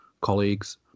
colleagues